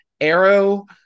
Arrow